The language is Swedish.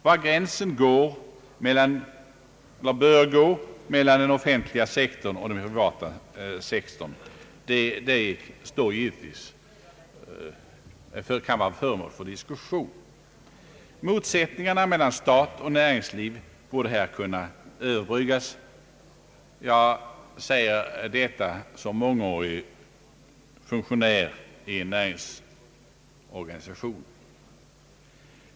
Var gränsen bör gå mellan den offentliga sektorn och den privata sektorn kan givetvis vara föremål för diskussion, men motsättningarna mellan stat och näringsliv borde kunna Överbryggas. Jag säger detta som mångårig funktionär i en näringsorganisation.